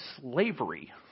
slavery